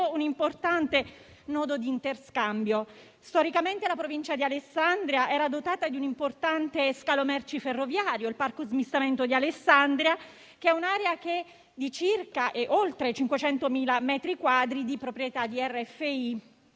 un importante nodo di interscambio. Storicamente la Provincia di Alessandria era dotata di un importante scalo merci ferroviario, il parco smistamento di Alessandria, un'area di oltre 500.000 metri quadri di proprietà di RFI